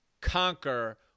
conquer